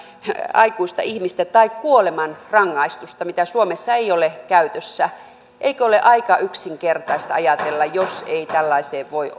aikuista ihmistä tai kuolemanrangaistusta mitä suomessa ei ole käytössä eikö ole aika yksinkertaista ajatella jos ei tällaiseen voi